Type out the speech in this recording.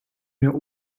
mir